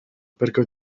perché